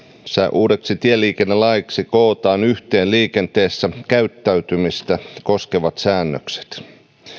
uudeksi tieliikennelaiksi jossa kootaan yhteen liikenteessä käyttäytymistä koskevat säännökset